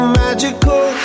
magical